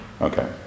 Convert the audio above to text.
Okay